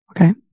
okay